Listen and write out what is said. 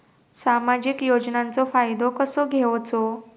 सामाजिक योजनांचो फायदो कसो घेवचो?